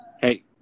Hey